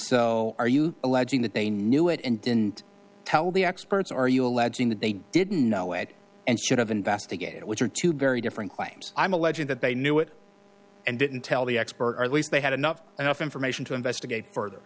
so are you alleging that they knew it and didn't tell the experts are you alleging that they didn't know it and should have investigated it which are two very different claims i'm alleging that they knew it and didn't tell the expert or at least they had enough enough information to investigate further